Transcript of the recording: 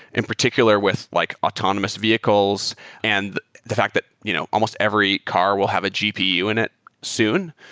in particular with like autonomous vehicles and the fact that you know almost every car will have a gpu in it soon.